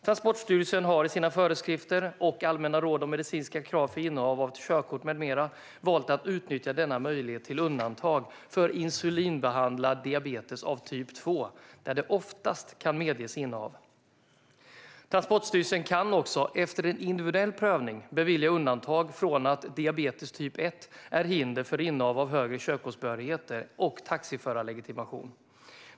Transportstyrelsen har i sina föreskrifter och allmänna råd om medicinska krav för innehav av körkort med mera valt att utnyttja denna möjlighet till undantag för insulinbehandlad diabetes typ 2, där det oftast kan medges innehav. Transportstyrelsen kan också, efter en individuell prövning, bevilja undantag från att diabetes typ 1 är hinder för innehav av högre körkortsbehörigheter och taxiförarlegitimation.